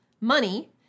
money